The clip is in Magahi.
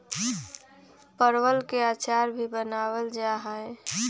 परवल के अचार भी बनावल जाहई